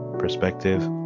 perspective